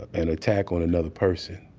an attack on another person.